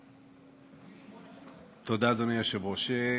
תודה, אדוני היושב-ראש.